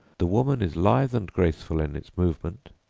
the woman is lithe and graceful in its movement,